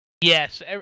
Yes